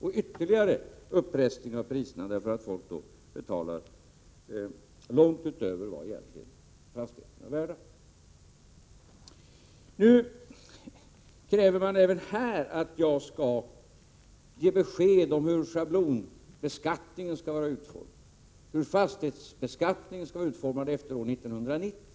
En ytterligare press uppåt på priserna blir följden, därför att folk då betalar långt utöver vad fastigheterna egentligen är värda. Nu kräver man även här att jag skall ge besked om hur schablonbeskattningen och fastighetsbeskattningen skall vara utformade efter 1990.